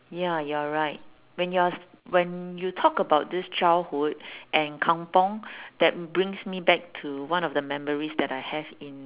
ya you're right when you're s~ when you talk about this childhood and kampung that brings me back to one of the memories that I have in